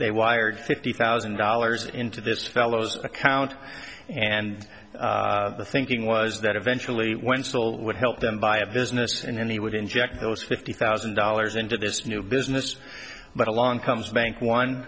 they wired fifty thousand dollars into this fellow's account and the thinking was that eventually when still would help them buy a business and he would inject those fifty thousand dollars into this new business but along comes the bank one